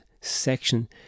section